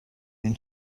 این